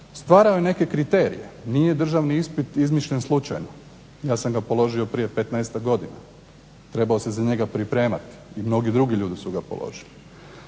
stvarao je neke kriterije. Nije državni ispit izmišljen slučajno. Ja sam ga položio prije petnaestak godina, trebao se za njega pripremati i mnogi drugi ljudi su ga predložili.